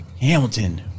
Hamilton